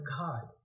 god